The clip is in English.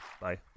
Bye